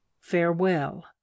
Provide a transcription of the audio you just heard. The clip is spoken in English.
farewell